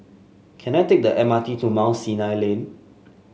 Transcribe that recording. can I take the M R T to Mount Sinai Lane